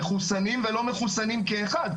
מחוסנים ולא מחוסנים כאחד.